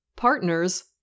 partners